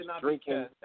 drinking